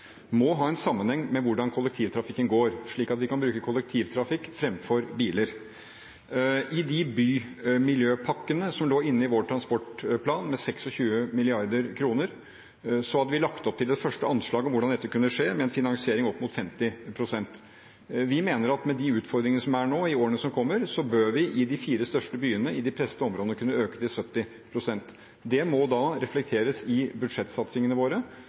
må ses i sammenheng med kollektivtrafikken, slik at vi kan bruke kollektivtrafikk fremfor biler. I bymiljøpakkene, som lå inne i vår transportplan med 26 mrd. kr, hadde vi lagt opp til det første anslaget for hvordan dette kunne skje, med en finansiering opp mot 50 pst. Vi mener at med de utfordringer vi har nå i årene som kommer, bør vi i de fire største byene i de pressede områdene kunne øke til 70 pst. Det må da reflekteres i budsjettsatsingene våre